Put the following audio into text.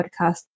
podcast